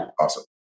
awesome